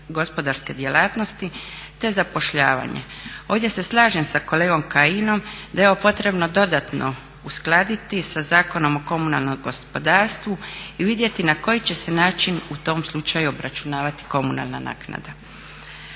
gospodarske djelatnosti, te zapošljavanje. Ovdje se slažem sa kolegom Kajinom da je ovo potrebno dodatno uskladiti sa Zakonom o komunalnom gospodarstvu i vidjeti na koji će se način u tom slučaju obračunavati komunalna naknada.